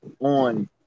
on